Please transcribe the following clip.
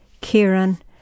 Kieran